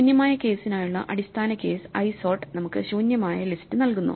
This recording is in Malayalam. ശൂന്യമായ കേസിനായുള്ള അടിസ്ഥാന കേസ് isort നമുക്ക് ശൂന്യമായ ലിസ്റ്റ് നൽകുന്നു